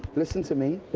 listen to me,